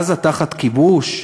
עזה תחת כיבוש?